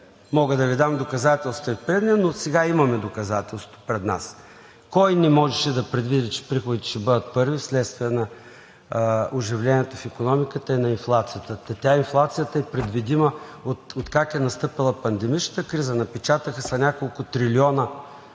мога да Ви дам доказателства и в предния, но сега имаме доказателство пред нас. Кой не можеше да предвиди, че приходите ще бъдат първи вследствие на оживлението в икономиката и на инфлацията? Та тя инфлацията е предвидима, откакто е настъпила пандемичната криза. Напечатаха се няколко трилиона